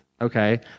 okay